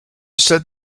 said